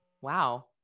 wow